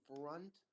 front